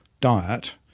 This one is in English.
diet